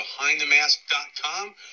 BehindTheMask.com